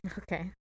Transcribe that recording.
Okay